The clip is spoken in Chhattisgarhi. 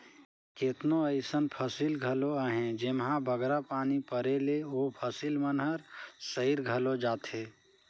केतनो अइसन फसिल घलो अहें जेम्हां बगरा पानी परे ले ओ फसिल मन हर सइर घलो जाथे